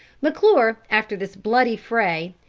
mcclure, after this bloody fray,